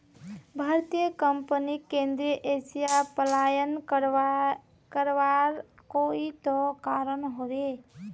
भारतीय कंपनीक केंद्रीय एशिया पलायन करवार कोई त कारण ह बे